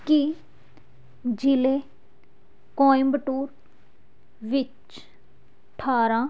ਕੀ ਜ਼ਿਲ੍ਹੇ ਕੋਇੰਬਟੂਰ ਵਿੱਚ ਅਠਾਰਾਂ